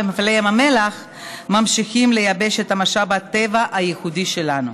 ומפעלי ים המלח ממשיכים לייבש את משאב הטבע הייחודי שלנו.